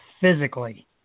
physically